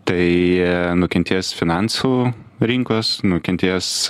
tai nukentės finansų rinkos nukentės